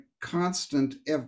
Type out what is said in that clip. constant